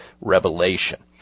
revelation